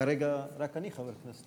כזה אני רוצה